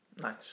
Nice